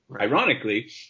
Ironically